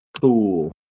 Cool